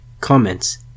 Comments